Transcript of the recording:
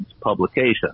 publication